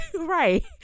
Right